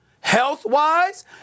health-wise